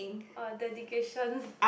!wah! dedication